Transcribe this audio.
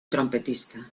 trompetista